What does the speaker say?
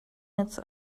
its